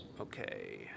Okay